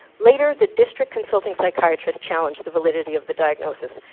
later, the district consulting psychiatrist challenged the validity of the diagnosis.